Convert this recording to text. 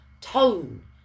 tone